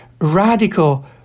radical